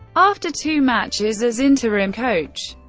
after two matches as interim coach,